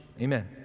Amen